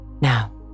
Now